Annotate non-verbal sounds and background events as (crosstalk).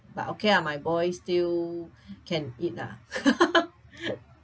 but okay ah my boys still can eat lah (laughs)